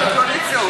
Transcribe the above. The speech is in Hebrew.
בבקשה.